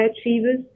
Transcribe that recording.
achievers